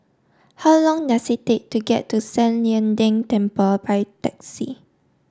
how long does it take to get to San Lian Deng Temple by taxi